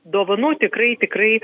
dovanų tikrai tikrai